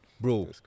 bro